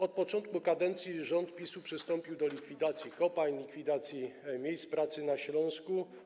Od początku kadencji rząd PiS-u przystąpił do likwidacji kopalń, likwidacji miejsc pracy na Śląsku.